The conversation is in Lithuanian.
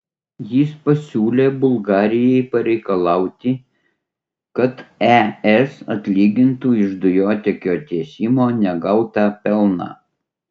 jis pasiūlė bulgarijai pareikalauti kad es atlygintų iš dujotiekio tiesimo negautą pelną